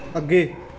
ਅੱਗੇ